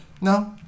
No